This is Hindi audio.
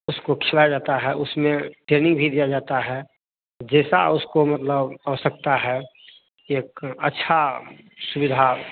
उसको खिलाया जाता है उसमें ट्रैनिंग भी दिया जाता है जैसा उसको मतलब आवश्यकता है एक अच्छा सुविधा